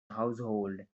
household